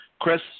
Chris